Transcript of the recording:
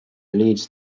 leads